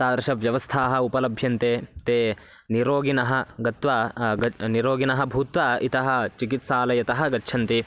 तादृशव्यवस्थाः उपलभ्यन्ते ते नीरोगिणः गत्वा ग नीरोगिणः भूत्वा इतः चिकित्सालयतः गच्छन्ति